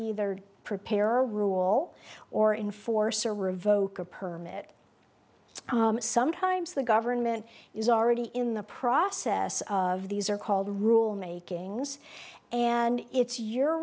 either prepare or rule or enforce or revoke a permit sometimes the government is already in the process of these are called rule makings and it's your